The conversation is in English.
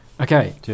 Okay